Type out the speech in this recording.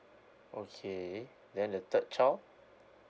okay then the third child